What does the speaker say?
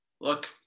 Look